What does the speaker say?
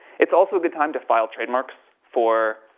it's also a good time to file trademarks for